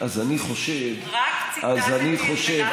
אז אני חושב שאת, רק ציטטתי את מנחם בגין.